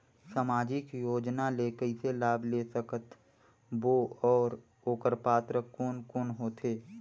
समाजिक योजना ले कइसे लाभ ले सकत बो और ओकर पात्र कोन कोन हो थे?